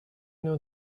know